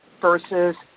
versus